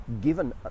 given